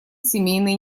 семейный